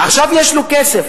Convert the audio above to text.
עכשיו יש לו כסף.